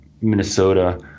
Minnesota